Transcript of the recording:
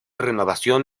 renovación